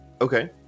okay